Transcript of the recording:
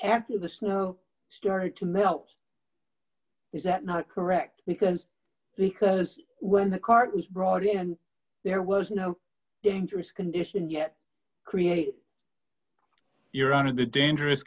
after the snow started to melt is that not correct because the cuz when the car was broady and there was no dangerous condition yet create your own in the dangerous